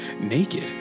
naked